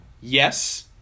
Yes